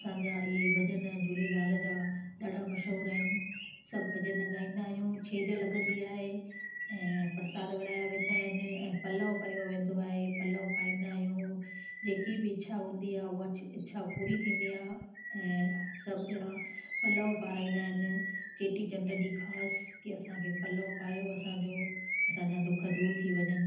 असांजा हीअ भजन झूलेलाल जा ॾाढा मशहूरु आहिनि सभु भजन ॻाईंदा आहियूं छेॼ लॻंदी आहे ऐं परसाद विराहा वेंदा आहिनि ऐं पलव पयो आहे पलउ पाईंदा आहियूं जेकी बि इच्छा हूंदी आहे हूअ इच्छा पूरी थींदी आहे ऐं सभु ॼणा पलउ पाराईंदा आहिनि चेटीचंड ॾींह ख़ासि की असांखे पलउ पायो असांजो असांजा दुख दूर थी वञनि